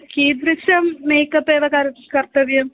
कीदृशं मेकप् एव कर् कर्तव्यम्